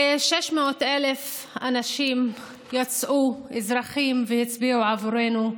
כ-600,000 אנשים יצאו, אזרחים, והצביעו עבורנו,